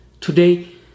today